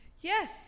Yes